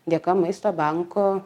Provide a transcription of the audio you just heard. dėka maisto banko